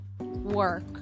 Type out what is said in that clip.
Work